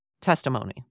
testimony